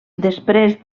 després